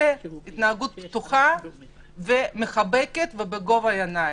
אלא התנהגות פתוחה ומחבקת ובגובה העיניים.